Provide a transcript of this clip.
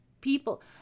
people